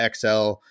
XL